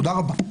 תודה רבה.